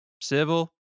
Civil